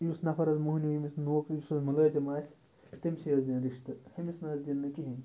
یُس نفَر حظ مٔہنیوٗ ییٚمِس نوکری یُس مُلٲزِم آسہِ تٔمۍسٕے حظ دِن رِشتہٕ ہُمِس نہٕ حظ دِن نہٕ کِہیٖنۍ